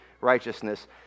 righteousness